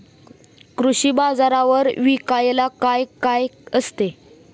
कृषी बाजारावर विकायला काय काय असते?